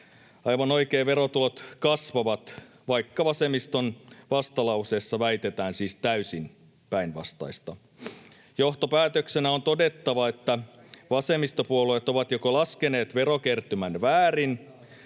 Aivan oikein, verotulot kasvavat, vaikka vasemmiston vastalauseessa väitetään siis täysin päinvastaista. Johtopäätöksenä on todettava, että vasemmistopuolueet ovat joko laskeneet verokertymän väärin